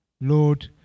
Lord